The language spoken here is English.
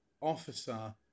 officer